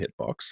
hitbox